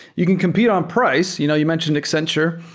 you can compete on price. you know you mentioned accenture,